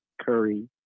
Curry